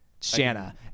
Shanna